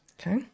Okay